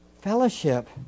fellowship